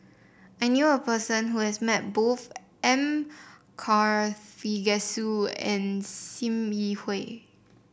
I knew a person who has met both M Karthigesu and Sim Yi Hui